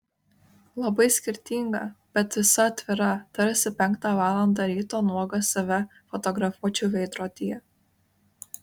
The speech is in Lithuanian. labai skirtinga bet visa atvira tarsi penktą valandą ryto nuogas save fotografuočiau veidrodyje